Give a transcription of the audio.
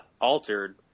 altered